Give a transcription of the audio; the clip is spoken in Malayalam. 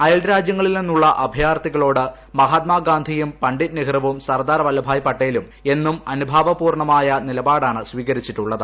അയൽരാജ്യങ്ങളിൽ നിന്നുള്ള അഭയാർത്ഥികളോട് മഹാത്മാ ഗാന്ധിയും പണ്ഡിറ്റ് നെഹ്റുവും സർദാർ വല്ലഭ് ഭായി പട്ടേലും എന്നും അനുഭാവപൂർവമായ നിലപാടാണ് സ്വീകരിച്ചിട്ടുള്ളത്